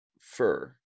fur